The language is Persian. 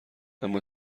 اما